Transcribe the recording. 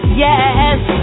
yes